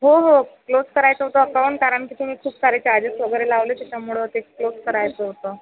हो हो क्लोज करायचं होतं अकाउंट कारण की तुम्ही खूप सारे चार्जेस वगैरे लावले आहेत त्याच्यामुळे ते क्लोज करायचं होतं